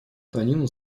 танина